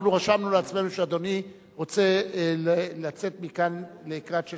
אנחנו רשמנו לעצמנו שאדוני רוצה לצאת מכאן לקראת 18:30,